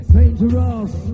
Dangerous